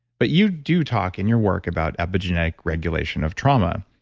but you do talk in your work about epigenetic regulation of trauma.